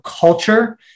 culture